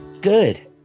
Good